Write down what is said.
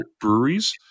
breweries